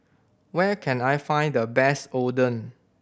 where can I find the best Oden